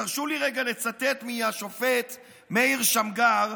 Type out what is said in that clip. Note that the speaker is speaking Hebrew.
תרשו לי רגע לצטט מהשופט מאיר שמגר,